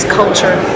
culture